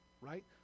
right